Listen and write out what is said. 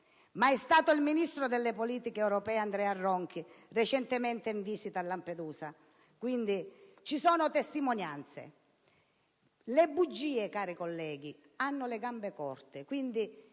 ma è stato il ministro per le politiche europee, Andrea Ronchi, recentemente in visita sull'isola. Quindi ci sono testimonianze. Le bugie, cari colleghi, hanno le gambe corte: